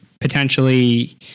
potentially